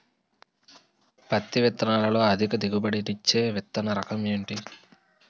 పత్తి విత్తనాలతో అధిక దిగుబడి నిచ్చే విత్తన రకం ఏంటి?